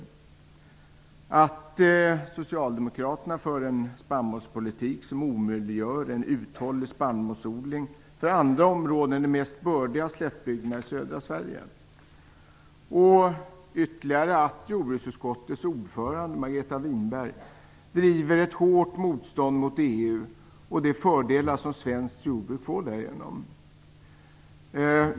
Dessutom för Socialdemokraterna en spannmålspolitik som omöjliggör en uthållig spannmålsodling för andra områden än de mest bördiga slättbygderna i södra Margareta Winberg driver ett hårt motstånd mot EU och de fördelar som svenskt jordbruk får därigenom.